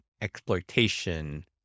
exploitation